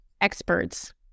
experts